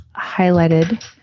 highlighted